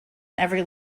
every